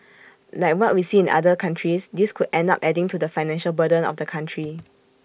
like what we see in other countries this could end up adding to the financial burden of the country